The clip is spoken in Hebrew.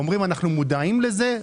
אומרים: אנחנו מודעים לזה,